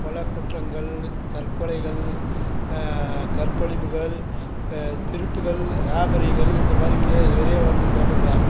கொலைக் குற்றங்கள் தற்கொலைகள் கற்பழிப்புகள் திருட்டுகள் ராபரிகள் இந்த மாதிரி நிறைய வருது பேப்பரில்